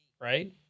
right